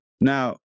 now